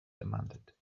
demanded